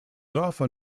often